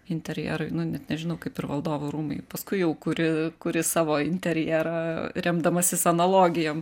interjerui net nežinau kaip ir valdovų rūmai paskui jau kuri kuri savo interjerą remdamasis analogijom